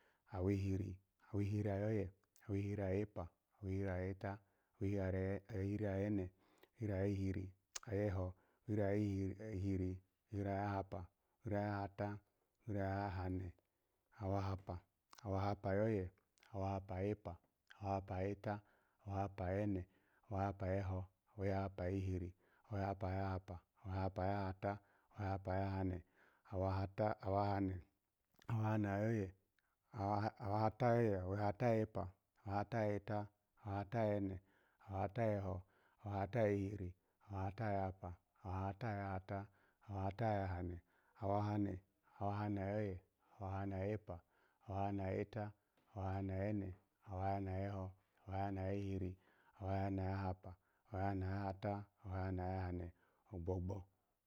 Awihiri, awihiri ayoye, awihiri yepa, awihiri yeta, awirohiri ayene, awihiri gihiri, ayeho, awihiri yihiri, awihiri ye hepa, awihiri yahata, awihiri yahane, awahapa, awahapa yoye, awahapa yepa, awahapa yeta, awahapa yene, awahapa yeho, awahapa yihiri, awahapa yahapa, awahapa yahata, awahapa yahane, awahata, awahane, awahane ayoye, awahata, awahane, awahen ayoye, awahjata ayoye, awahata yepa, awahata yeta, awahata yene, awahata yeho, awahata yihiri, awahata yahapa, awahata yahata, awahata yahane, awahane, awahane ayoye, awahane yepa, awahane yeta, awahane yene, awahana yeho, awahane yihiri, awahane yahapa, awahane yahata, awahane yahane, ogbogbo.